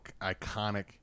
iconic